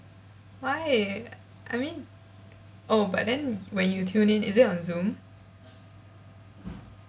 why I mean oh but then when you tune in is it on zoom